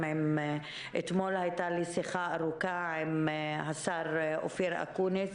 אתמול הייתה לי שיחה ארוכה עם השר אופיר אקוניס,